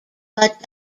but